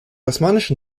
osmanischen